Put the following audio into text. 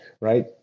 right